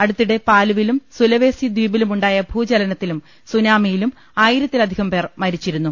അടുത്തിടെ പാലുവിലും സുലവേസി ദ്വീപിലും ഉണ്ടായ ഭൂചലനത്തിലും സുനാ മിയിലും ആയിരത്തിലധികംപേർ മരിച്ചിരുന്നു